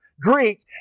Greek